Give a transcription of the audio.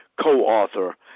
co-author